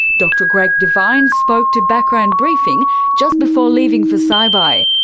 dr greg devine spoke to background briefing just before leaving for saibai.